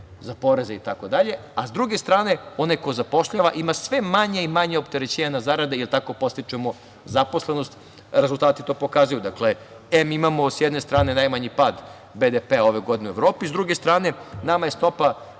za poreze itd. S druge strane, onaj ko zapošljava ima sve manje i manje opterećenje na zarade, jer tako podstičemo zaposlenost. Rezultati to pokazuju. Dakle, em imamo s jedne strane najmanji pad BDP ove godine u Evropi, a s druge strane nama je stopa